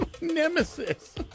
Nemesis